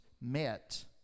met